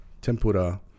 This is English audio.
tempura